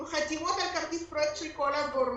עם חתימות על כרטיס פרויקט של כל הגורמים,